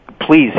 please